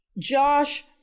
Josh